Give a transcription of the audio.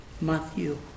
Matthew